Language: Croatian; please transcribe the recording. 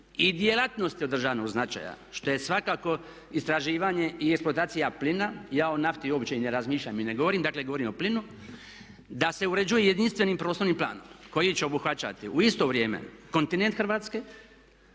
i djelatnosti od državnog značaja što je svakako istraživanje i eksploatacija plina. Ja o nafti uopće i ne razmišljam i ne govorim, dakle govorim o plinu, da se uređuje jedinstvenim prostornim planom koji će obuhvaćati u isto vrijeme kontinent Hrvatske,